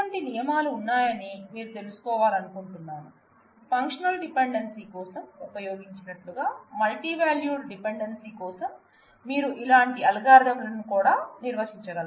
అటువంటి నియమాలు ఉన్నాయని మీరు తెలుసుకోవాలనుకుంటున్నాను ఫంక్షనల్ డిపెండెన్సీ కోసం ఉపయోగించినట్లుగా మల్టీవాల్యూడ్ డిపెండెన్సీ కోసం మీరు ఇలాంటి అల్గారిథమ్లను కూడా నిర్వచించగలరు